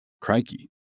crikey